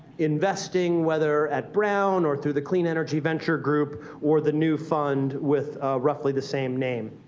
investing, whether at brown or through the clean energy venture group or the new fund with roughly the same name.